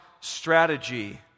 strategy